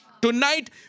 Tonight